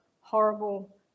horrible